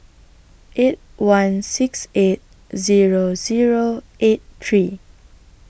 eight one six eight Zero Zero eight three